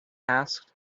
asked